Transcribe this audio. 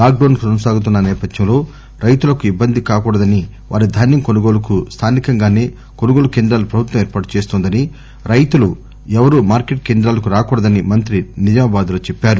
lock డౌస్ కొనసాగుతున్న నేపథ్యంలో రైతాంగానికి ఇబ్బంది కాకూడదని వరి ధాన్యం కొనుగోలుకు స్లానికంగానే కొనుగోలు కేంద్రాలు ప్రభుత్వం ఏర్పాటు చేస్తోందని రైతులు ఎవరూ మార్కెట్ కేంద్రాలకు రాకూడదని మంత్రి నిజామా బాద్ లో చెప్పారు